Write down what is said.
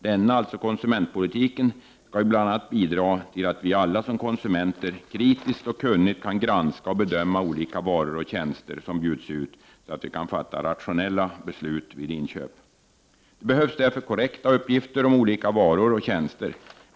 Denna, alltså konsumentpolitiken, 13 december 1989 skall bl.a. bidra till att vi alla såsom konsumenter kritiskt och kunnigt kän = A.r ooo granska och bedöma de olika varor och tjänster som bjuds ut, så att vi kan fatta rationella beslut vid inköp. Det behövs därför korrekta uppgifter om olika varor och tjänster.